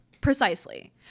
Precisely